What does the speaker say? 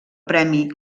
premi